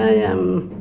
am